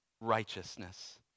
righteousness